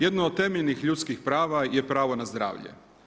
Jedno od temeljnih ljudskih prava je pravo na zdravlje.